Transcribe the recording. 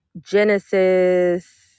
Genesis